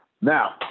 Now